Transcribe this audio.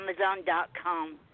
Amazon.com